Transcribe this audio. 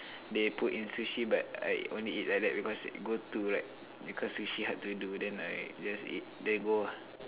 they put in Sushi but I only eat like that because go to like because Sushi hard to do then I just eat they roll